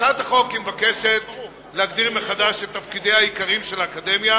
הצעת החוק מבקשת להגדיר מחדש את תפקידיה העיקריים של האקדמיה